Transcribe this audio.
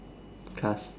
in class